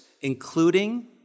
including